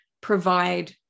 provide